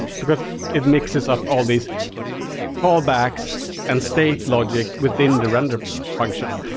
because it mixes up all these callbacks and state logic within the render function.